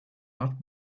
not